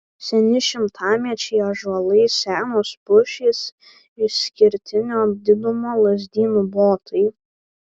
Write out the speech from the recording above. seni šimtamečiai ąžuolai senos pušys išskirtinio didumo lazdynų botai